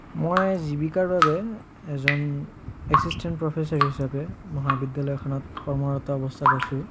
মই জীৱিকাৰ বাবে এজন এচিছটেণ্ট প্ৰফেছৰ হিচাপে মহাবিদ্যালয় এখনত কৰ্মৰত অৱস্থাত আছোঁ